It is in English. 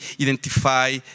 identify